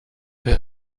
will